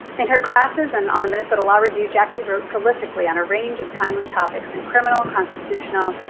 in her classes and on the minnesota law review, jackie wrote prolifically on a range of timely topics in criminal, constitutional,